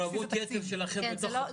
גם מעורבות יתר שלכם בתוך הקופות לא תזיק.